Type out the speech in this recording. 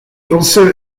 also